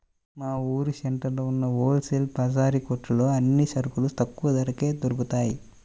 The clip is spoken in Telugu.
మా ఊరు సెంటర్లో ఉన్న హోల్ సేల్ పచారీ కొట్టులో అన్ని సరుకులు తక్కువ ధరకే దొరుకుతయ్